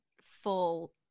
full